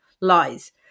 lies